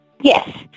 yes